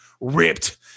ripped